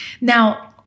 Now